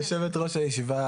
יושבת-ראש הישיבה